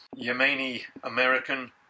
Yemeni-American